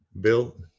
built